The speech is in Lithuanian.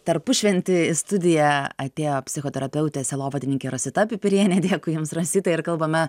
tarpušventį į studiją atėjo psichoterapeutė sielovadininkė rosita pipirienė dėkui jums rosita ar kalbame